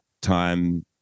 time